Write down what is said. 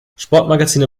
sportmagazine